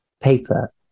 paper